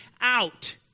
out